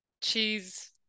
cheese